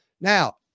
Now